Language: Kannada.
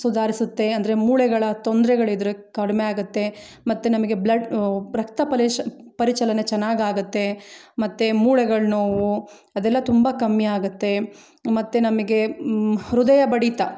ಸುಧಾರಿಸುತ್ತೆ ಅಂದರೆ ಮೂಳೆಗಳ ತೊಂದರೆಗಳಿದ್ರೆ ಕಡಿಮೆ ಆಗುತ್ತೆ ಮತ್ತು ನಮಗೆ ಬ್ಲಡ್ ರಕ್ತಪಲಿಶ ಪರಿಚಲನೆ ಚೆನ್ನಾಗಿ ಆಗುತ್ತೆ ಮತ್ತು ಮೂಳೆಗಳ ನೋವು ಅದೆಲ್ಲ ತುಂಬ ಕಮ್ಮಿ ಆಗುತ್ತೆ ಮತ್ತೆ ನಮಗೆ ಹೃದಯ ಬಡಿತ